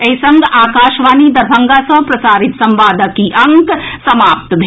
एहि संग आकाशवाणी दरभंगा सँ प्रसारित संवादक ई अंक समाप्त भेल